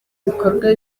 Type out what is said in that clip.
bikorwa